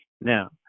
now